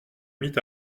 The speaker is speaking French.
mit